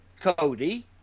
Cody